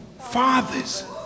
fathers